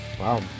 Wow